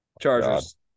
chargers